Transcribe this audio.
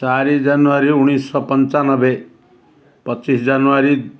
ଚାରି ଜାନୁଆରୀ ଉଣେଇଶହ ପଞ୍ଚାନବେ ପଚିଶ ଜାନୁଆରୀ